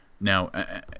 Now